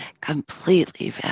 completely